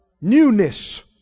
Newness